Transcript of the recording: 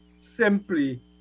simply